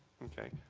okay.